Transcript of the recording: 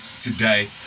today